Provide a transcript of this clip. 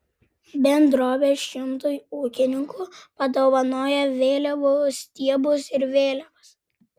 bendrovė šimtui ūkininkų padovanojo vėliavų stiebus ir vėliavas